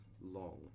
long